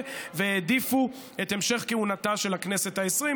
והעדיפו את המשך כהונתה של הכנסת העשרים.